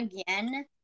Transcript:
again